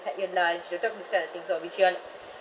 had your lunch they talk about this kind of things so which you are